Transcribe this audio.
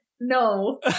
No